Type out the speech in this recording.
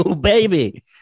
baby